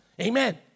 Amen